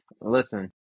Listen